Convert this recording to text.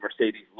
Mercedes